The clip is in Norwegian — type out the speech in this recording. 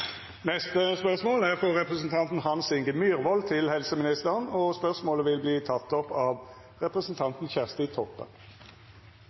neste spørretime, da statsråden er bortreist. Spørsmål 8, fra representanten Hans Inge Myrvold til helseministeren, vil bli tatt opp av